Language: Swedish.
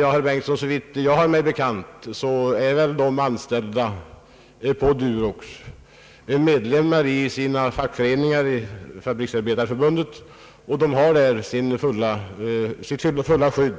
Men, herr Bengtson, såvitt jag har mig bekant är de anställda på Durox genom sina fackföreningar medlemmar i Fabriksarbetareförbundet och har sitt fulla skydd